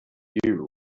you